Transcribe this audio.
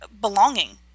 belonging